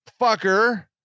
fucker